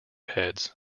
heads